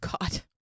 God